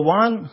one